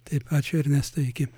taip ačiū ernestai iki